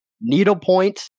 needlepoint